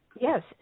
Yes